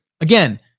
again